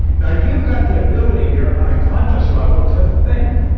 now you've got the ability here, on a conscious level, to think,